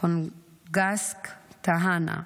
פונגסאק טהנה,